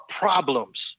problems